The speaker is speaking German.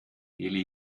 elli